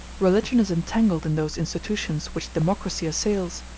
religion is entangled in those institutions which democracy assails,